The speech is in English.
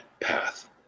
path